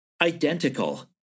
identical